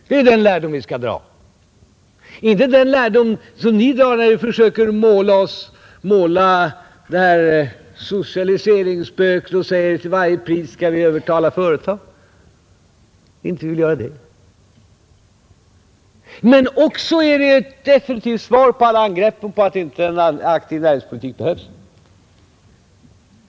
Det är den lärdom man skall dra - inte den lärdom som ni drar när ni försöker måla socialiseringsspöket på väggen och säger att vi till varje pris skall överta företag. Inte vill vi göra det! Men det är också ett definitivt svar på alla angrepp som går ut på att en aktiv näringspolitik inte behövs.